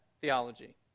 theology